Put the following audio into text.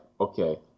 okay